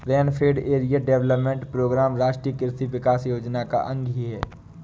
rainfed area development programme राष्ट्रीय कृषि विकास योजना का अंग ही है